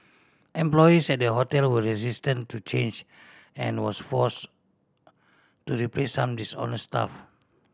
employees at the hotel were resistant to change and was force to replace some dishonest staff